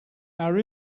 our